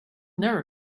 never